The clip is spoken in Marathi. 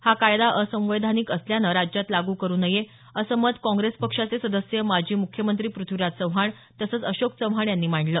हा कायदा असंवैधानिक असल्यानं राज्यात लागू करू नये असं मत काँग्रेस पक्षाचे सदस्य माजी मुख्यमंत्री पृथ्वीराज चव्हाण तसंच अशोक चव्हाण यांनी मांडलं